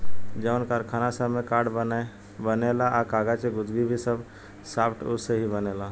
जवन कारखाना सब में कार्ड बनेला आ कागज़ के गुदगी भी सब सॉफ्टवुड से ही बनेला